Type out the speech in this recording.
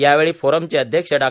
यावेळी फोरमचे अध्यमक्ष डॉ